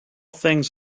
things